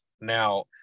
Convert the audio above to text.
now